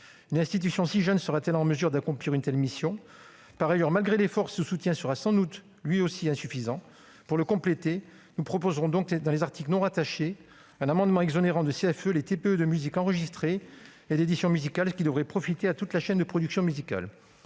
Une institution si jeune sera-t-elle en mesure d'accomplir une telle mission ? Par ailleurs, malgré l'effort, ce soutien sera sans doute lui aussi insuffisant. Pour le compléter, nous proposerons dans les articles non rattachés un amendement exonérant de cotisation foncière des entreprises (CFE) les TPE de musique enregistrée et d'édition musicale, ce qui devrait profiter à toute la chaîne de production musicale.